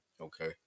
Okay